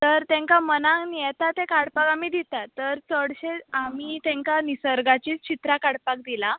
तर तांकां मनान येता ते काडपाक आमी दितात तर चडशे आमी तांकां निर्सगाची चित्रां काडपाक दिलां